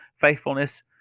faithfulness